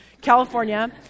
California